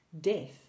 death